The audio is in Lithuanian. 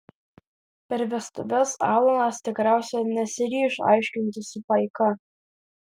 per vestuves alanas tikriausiai nesiryš aiškintis su paika